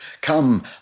Come